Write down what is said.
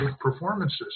performances